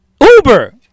Uber